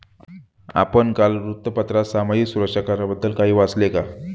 आपण काल वृत्तपत्रात सामाजिक सुरक्षा कराबद्दल काही वाचले का?